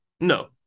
No